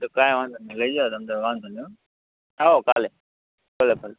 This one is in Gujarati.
હા તો કાંઈ વાંધો નહીં લઈ જાઓ તમે ત્યારે વાંધો નહીં બરાબર આવો કાલે ભલે ભલે